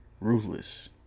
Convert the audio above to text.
Ruthless